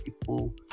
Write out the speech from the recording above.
people